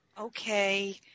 Okay